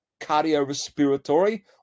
cardiorespiratory